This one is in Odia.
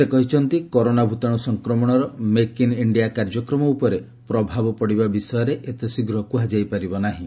ସେ କହିଛନ୍ତି କରୋନା ଭୂତାଣୁ ସଂକ୍ରମଣର ମେକ୍ ଇନ୍ ଇଷ୍ଠିଆ କାର୍ଯ୍ୟକ୍ରମ ଉପରେ ପ୍ରଭାବ ପଡ଼ିବା ବିଷୟରେ ଏତେ ଶୀଘ୍ର କୁହାଯାଇ ପାରିବ ନାହିଁ